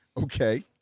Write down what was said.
Okay